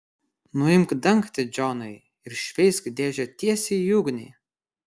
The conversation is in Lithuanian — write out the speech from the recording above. nuimk dangtį džonai ir šveisk dėžę tiesiai į ugnį